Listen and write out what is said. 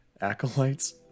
acolytes